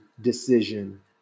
decision